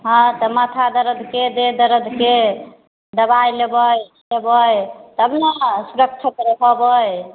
हँ तऽ माथा दर्दके देह दर्दके दवाइ लेबै खेबै तब ने सुरक्षित रहबै